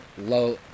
low